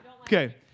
Okay